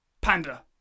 Panda